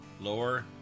lower